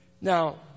Now